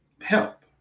help